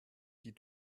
die